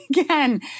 Again